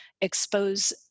expose